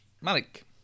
Malik